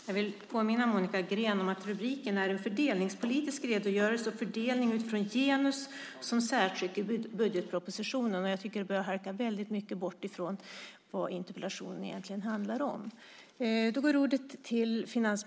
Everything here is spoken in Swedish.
Jag vill påminna Monica Green om att rubriken är En fördelningspolitisk redogörelse och fördelning utifrån genus som särtryck i budgetpropositionen 2008 . Jag tycker att det börjar halka väldigt mycket bort från vad interpellationen egentligen handlar om.